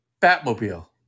Batmobile